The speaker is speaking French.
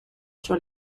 sur